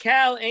Cal